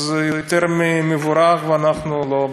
זה יותר ממבורך, ואנחנו לא בודקים.